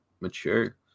mature